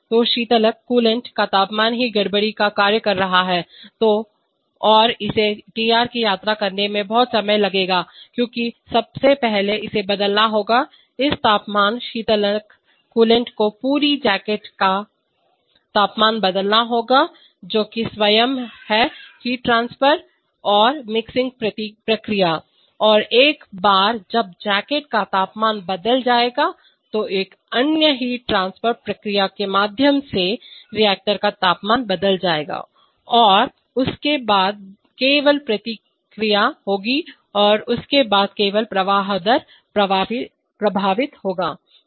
तो शीतलक का तापमान ही गड़बड़ीडिस्टर्बेंस का कार्य कर सकता है और इसे Tr की यात्रा करने में बहुत समय लगेगा क्योंकि सबसे पहले इसे बदलना होगा इस तापमान शीतलक को पूरी जैकेट का तापमान बदलना होगा जो कि स्वयं है हीट ट्रांसफर और मिक्सिंग प्रक्रिया एक बार जब जैकेट का तापमान बदल जाता है तो एक अन्य हीट ट्रांसफर प्रक्रिया के माध्यम से रिएक्टर का तापमान बदल जाएगा और उसके बाद केवल प्रतिक्रिया होगी और उसके बाद केवल प्रवाह दर प्रभावित होगी